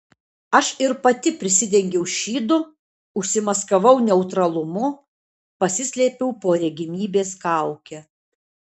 aš ir pati prisidengiau šydu užsimaskavau neutralumu pasislėpiau po regimybės kauke